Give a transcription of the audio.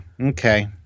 Okay